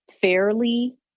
fairly